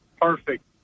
Perfect